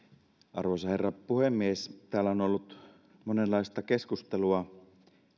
arvoisa herra puhemies täällä on ollut monenlaista keskustelua